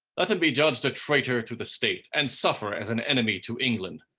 let him be judged a traitor to the state, and suffer as an enemy to england.